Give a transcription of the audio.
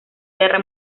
guerra